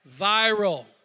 Viral